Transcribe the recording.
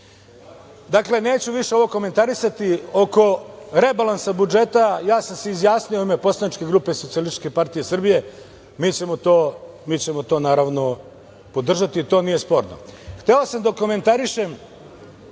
nikada. Dakle, neću više ovo komentarisati oko rebalansa budžeta ja sam se izjasnio u ime poslaničke grupe Socijalističke partije Srbije mi ćemo to naravno podržati to nije sporno. Hteo sam da prokomentarišem